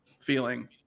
feeling